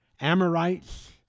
Amorites